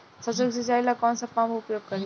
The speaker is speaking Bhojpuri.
सरसो के सिंचाई ला कौन सा पंप उपयोग करी?